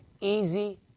easy